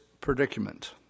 predicament